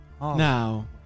Now